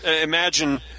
imagine